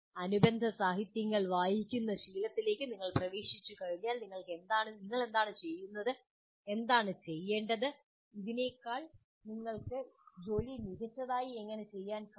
അനുബന്ധ സാഹിത്യങ്ങൾ വായിക്കുന്ന ശീലത്തിലേക്ക് നിങ്ങൾ പ്രവേശിച്ചുകഴിഞ്ഞാൽ നിങ്ങൾ എന്താണ് ചെയ്യുന്നത് എന്താണ് ചെയ്യേണ്ടത് എന്നത് ഇതിനേക്കാൾ നിങ്ങൾക്ക് ജോലി മികച്ചതായി ചെയ്യാൻ കഴിയും